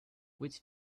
which